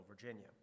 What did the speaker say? Virginia